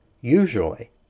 usually